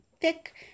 thick